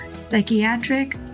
psychiatric